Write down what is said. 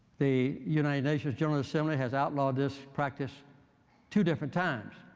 the united nations general assembly has outlawed this practice two different times.